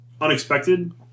unexpected